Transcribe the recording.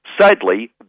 Sadly